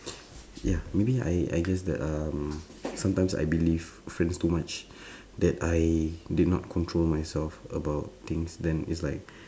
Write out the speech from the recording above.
ya maybe I I guess that um sometimes I believe friends too much that I did not control myself about things then it's like